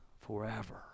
forever